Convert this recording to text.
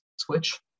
Switch